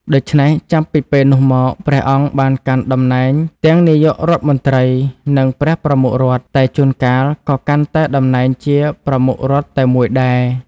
ដូច្នេះ ចាប់ពីពេលនោះមក ព្រះអង្គបានកាន់តំណែងទាំងនាយករដ្ឋមន្ត្រី និងព្រះប្រមុខរដ្ឋ តែជួនកាលក៏កាន់តែតំណែងជាប្រមុខរដ្ឋតែមួយដែរ។